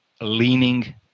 leaning